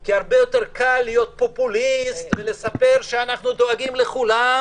כי הרבה יותר קל להיות פופוליסט ולספר שאנחנו דואגים לכולם.